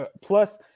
Plus